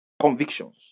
Convictions